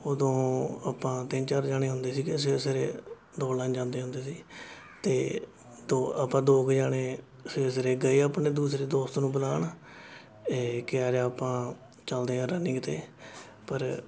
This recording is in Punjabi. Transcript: ਉਦੋਂ ਆਪਾਂ ਤਿੰਨ ਚਾਰ ਜਣੇ ਹੁੰਦੇ ਸੀਗੇ ਸਵੇਰੇ ਸਵੇਰੇ ਦੋੜ ਲਾਉਣ ਜਾਂਦੇ ਹੁੰਦੇ ਸੀ ਅਤੇ ਤਾਂ ਆਪਾਂ ਦੋ ਕੁ ਜਣੇ ਸਵੇਰੇ ਸਵੇਰੇ ਗਏ ਆਪਣੇ ਦੂਸਰੇ ਦੋਸਤ ਨੂੰ ਬੁਲਾਉਣ ਇਹ ਕਹਿ ਰਿਹਾ ਆਪਾਂ ਚਲਦੇ ਹਾਂ ਰਨਿੰਗ 'ਤੇ ਪਰ